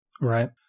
Right